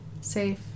safe